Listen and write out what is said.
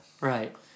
Right